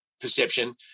perception